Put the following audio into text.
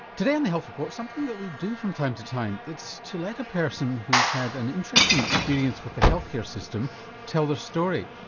today on the health report, something that we do from time to time. it's to let a person who's had an interesting experience with the healthcare system tell their story.